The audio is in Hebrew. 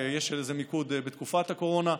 ויש בזה מיקוד בתקופת הקורונה.